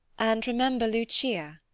and remember lucia,